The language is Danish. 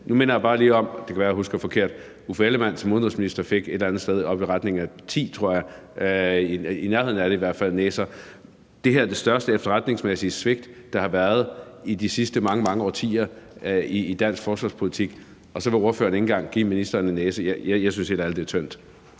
Nu minder jeg bare lige om, og det kan være, jeg husker forkert, at Uffe Ellemann-Jensen som udenrigsminister fik et eller andet antal – helt op mod ti, tror jeg – næser. Det her er det største efterretningsmæssige svigt, der har været i de sidste mange, mange årtier i dansk forsvarspolitik, og så vil ordføreren ikke engang give ministeren en næse. Jeg synes helt ærligt, det er tyndt.